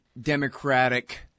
Democratic